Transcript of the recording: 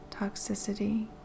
toxicity